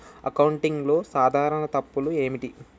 అకౌంటింగ్లో సాధారణ తప్పులు ఏమిటి?